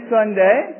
Sunday